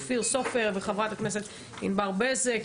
אופיר סופר וענבר בזק.